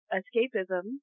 escapism